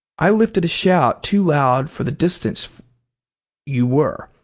i lifted a shout too loud for the distance you were,